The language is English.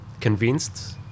convinced